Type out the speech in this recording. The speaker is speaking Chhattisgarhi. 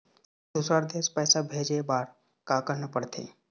दुसर देश पैसा भेजे बार का करना पड़ते?